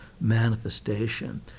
manifestation